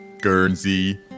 Guernsey